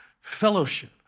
fellowship